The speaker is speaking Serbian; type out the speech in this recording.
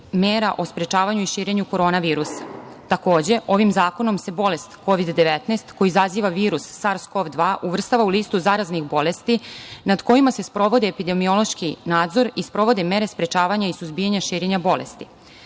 mera o sprečavanju i širenju korona virusa. Takođe, ovim zakonom se bolest Kovid-19, koji izaziva virus SARS–CoV2 uvrstava u listu zaraznih bolesti nad kojima se sprovodi epidemiološki nadzor i sprovode mere sprečavanja i suzbijanja širenja bolesti. Svedoci